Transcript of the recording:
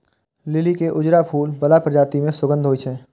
लिली के उजरा फूल बला प्रजाति मे सुगंध होइ छै